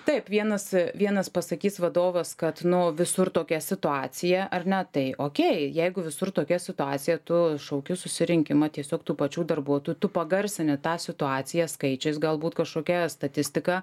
taip vienas vienas pasakys vadovas kad nu visur tokia situacija ar ne tai okei jeigu visur tokia situacija tu šauki susirinkimą tiesiog tų pačių darbuotojų tu pagarsini tą situaciją skaičiais galbūt kažkokia statistika